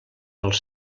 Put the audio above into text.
als